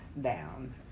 down